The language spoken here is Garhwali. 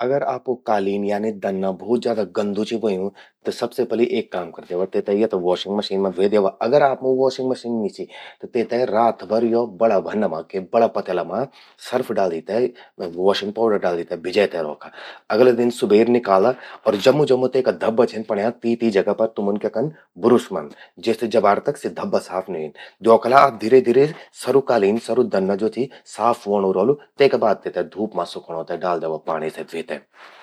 अगर आपो काली यानी कि दन्ना भौत ज्यादा गंदु चि व्हयूं, त सबसे पलि एक काम करि द्यवा। तेते या त वॉशिंग मशीन मां ध्वे द्यवा। अगर आपमूं वॉशिंग मशीन नी चि, त तेते यो बड़ा भन्ना मां, के बड़ा पत्यला मां सर्फ डाली ते, वॉशिंग पाउडर डाली ते भिजै तै रौखा। अगला दिन सुबेर निकाला अर जमु जमु तेका धब्बा छिन पड़्यां, तीं जगा पर तुमुन क्या कन्न, ब्रुश मन्न, जबार तक सि धब्बा साफ नि ह्वेन। द्योखला आप धीरे-धीरे सरू कालीन, सरू दन्ना ज्वो चि, साफ व्होंणूं रौलू। तेका बाद तेते धूप मां सुखौंणों ते डाल द्यवा पाणि से ध्वे ते।